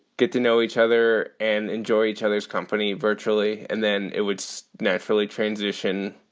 get to know each other and enjoy each other's company virtually. and then it would so naturally transition